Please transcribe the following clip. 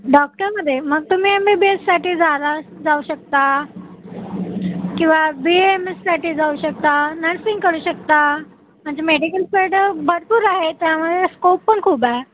डॉक्टरमध्ये मग तुम्ही M B B एससाठी जाणार जाऊ शकता किंवा बी एम एससाठी जाऊ शकता नर्सिंग करू शकता म्हणजे मेडिकल फील्ड भरपूर आहे त्यामुळे स्कोप पण खूप आहे